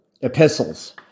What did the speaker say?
epistles